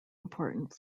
important